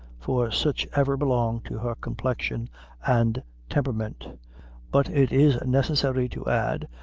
for such ever belong to her complexion and temperament but it in necessary to add,